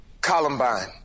Columbine